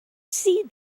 see